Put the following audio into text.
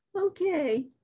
Okay